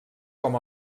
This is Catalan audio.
com